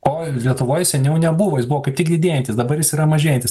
o lietuvoj seniau nebuvo jis buvo kaip tik didėjantis dabar jis yra mažėjantis